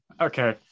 okay